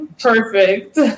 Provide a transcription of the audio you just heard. Perfect